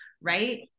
right